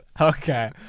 Okay